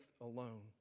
alone